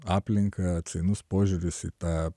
aplinką atsainus požiūris į tą